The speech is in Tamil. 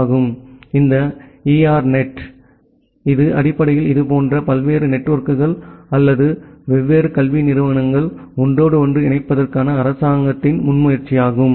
எனவே இந்த ERNET இது அடிப்படையில் இதுபோன்ற பல்வேறு நெட்வொர்க்குகள் அல்லது வெவ்வேறு கல்வி நிறுவனங்களை ஒன்றோடொன்று இணைப்பதற்கான அரசாங்க முன்முயற்சியாகும்